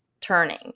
turning